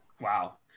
Wow